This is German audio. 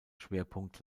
schwerpunkt